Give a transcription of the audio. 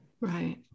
Right